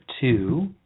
two